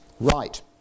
right